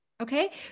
Okay